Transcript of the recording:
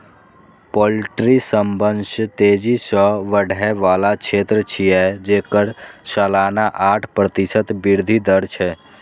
poultry सबसं तेजी सं बढ़ै बला क्षेत्र छियै, जेकर सालाना आठ प्रतिशत वृद्धि दर छै